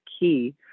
key